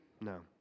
No